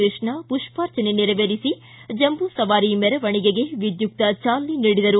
ಕೃಷ್ಣ ಪುಷ್ಪಾರ್ಚನೆ ನೆರವೇರಿಸಿ ಜಂಬೂಸವಾರಿ ಮೆರವಣಿಗೆಗೆ ವಿದ್ಯುಕ್ತ ಚಾಲನೆ ನೀಡಿದರು